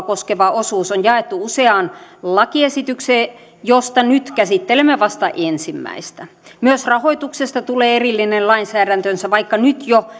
koskeva osuus on jaettu useaan lakiesitykseen joista nyt käsittelemme vasta ensimmäistä myös rahoituksesta tulee erillinen lainsäädäntönsä vaikka nyt jo